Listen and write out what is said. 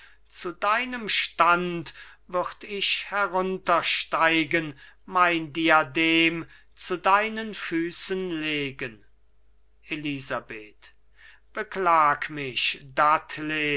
zu deinem stand würd ich heruntersteigen mein diadem zu deinen füßen legen elisabeth beklag mich